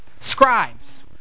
Scribes